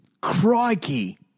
Crikey